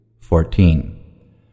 Fourteen